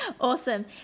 Awesome